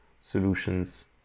solutions